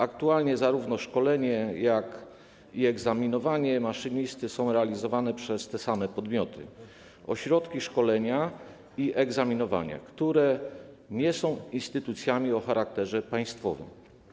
Aktualnie zarówno szkolenie, jak i egzaminowanie maszynisty są realizowane przez te same podmioty: ośrodki szkolenia i egzaminowania, które nie są instytucjami o charakterze państwowym.